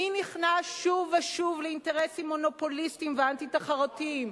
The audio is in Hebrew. מי נכנע שוב ושוב לאינטרסים מונופוליסטיים ואנטי-תחרותיים?